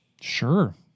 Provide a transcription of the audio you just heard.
Sure